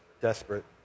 desperate